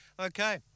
Okay